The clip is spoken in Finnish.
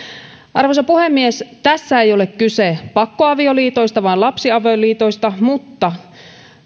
arvoisa puhemies tässä ei ole kyse pakkoavioliitoista vaan lapsiavioliitoista mutta